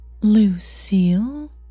Lucille